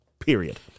Period